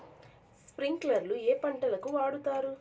స్ప్రింక్లర్లు ఏ పంటలకు వాడుతారు?